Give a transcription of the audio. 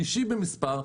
שלישי במספר,